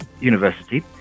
University